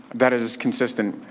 that is consistent.